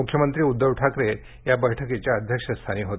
मुख्यमंत्री उद्धव ठाकरे या बैठकीच्या अध्यक्षस्थानी होते